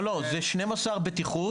לא זה 12 לבטיחות,